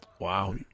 Wow